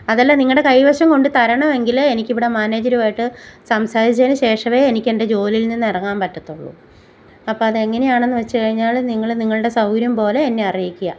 അതല്ല നിങ്ങളുടെ കൈവശം കൊണ്ട് തരണോ എങ്കില് എനിക്ക് ഇവിടെ മാനേജറുവായിട്ട് സംസാരിച്ചതിനു ശേഷമേ എനിക്ക് എൻ്റെ ജോലിയിൽ നിന്ന് ഇറങ്ങാൻ പറ്റത്തുള്ളൂ അപ്പോൾ അതെങ്ങനെയാണെന്ന് വെച്ചുകഴിഞ്ഞാൽ നിങ്ങള് നിങ്ങളുടെ സൗകര്യം പോലെ എന്നെ അറിയിക്കുക